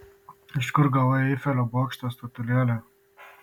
iš kur gavai eifelio bokšto statulėlę